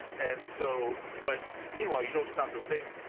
and so but meanwhile, you don't stop to think,